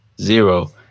zero